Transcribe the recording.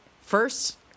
first